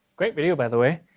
great video by the way.